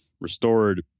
restored